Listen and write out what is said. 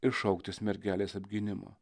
ir šauktis mergelės apgynimo